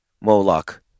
Moloch